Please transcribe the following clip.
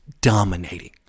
dominating